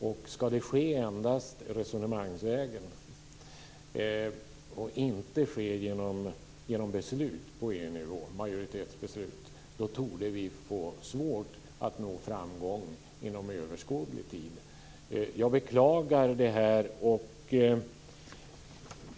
Om det här ska ske endast resonemangsvägen och inte genom majoritetsbeslut på EU-nivå torde vi få svårt att nå framgång inom överskådlig tid. Jag beklagar det här.